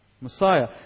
Messiah